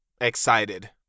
excited